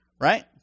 right